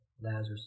Lazarus